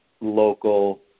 local